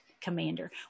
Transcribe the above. commander